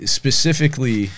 specifically